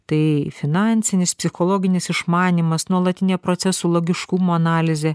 tai finansinis psichologinis išmanymas nuolatinė procesų logiškumo analizė